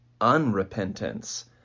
unrepentance